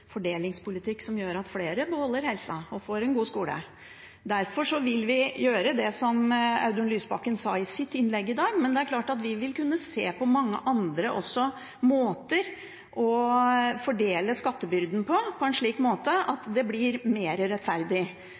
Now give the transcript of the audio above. fordelingspolitikk, som gjør at flere beholder helsa og får en god skole. Derfor vil vi gjøre det som Audun Lysbakken sa i sitt innlegg i dag, men det er klart at vi også vil kunne se på mange andre måter å fordele skattebyrden på, på en slik måte at det blir mer rettferdig,